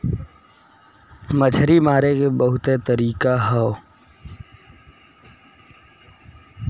मछरी मारे के बहुते तरीका हौ